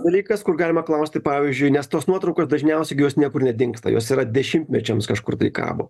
dalykas kur galima klausti pavyzdžiui nes tos nuotraukos dažniausiai jos niekur nedingsta jos yra dešimtmečiams kažkur tai kabo